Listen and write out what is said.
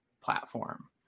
platform